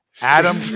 Adam